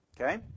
okay